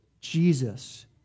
Jesus